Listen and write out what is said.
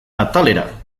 atalera